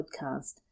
podcast